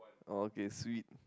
oh okay sweet